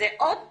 זו עוד